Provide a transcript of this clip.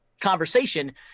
conversation